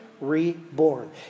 reborn